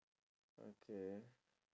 okay